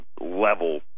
level